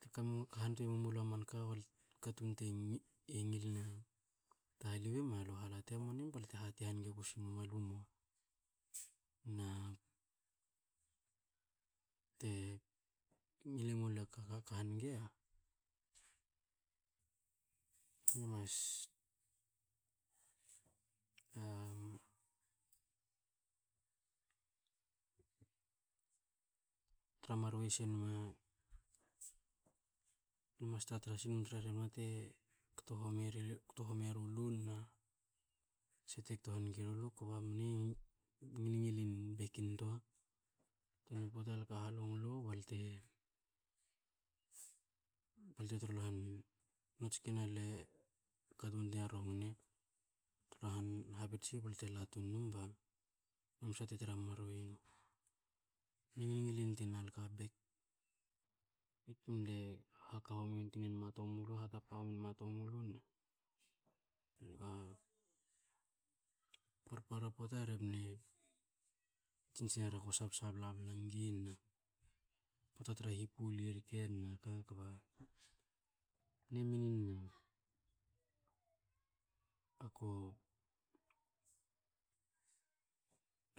Te ka mu ka hantuei mema lua manka ba katun te e ngi- e ngilna ta halivim, na lu hala te moa nin balte harti haniga kus memen alu mua. Na te ngile malu ka ka hanige, le mas tra maruei senma, mas tra tra siunum tra rebna te kto homie kto homie eru lu na tse te kto hanige rulu, kba mne ngingilin bek intua, tana pota lo hlongolo ba lo te- ba lo te trolhal num, noa tsik na katun te rong na. Habirtsi balte latun num ba non psa te tra maruei nu, mne ngilin tuina luka bek. I tum le haka homi emua tomulu hatapa homie mua tomulu. parpara pota rebna tsin seri ko sab sabla bla nigi na pota tra hipuli rke, mne minina ako